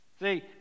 See